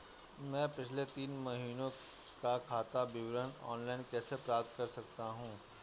मैं पिछले तीन महीनों का खाता विवरण ऑनलाइन कैसे प्राप्त कर सकता हूं?